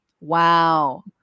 Wow